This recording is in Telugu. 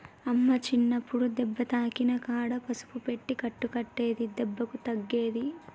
అమ్మ చిన్నప్పుడు దెబ్బ తాకిన కాడ పసుపు పెట్టి కట్టు కట్టేది దెబ్బకు తగ్గేది